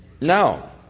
Now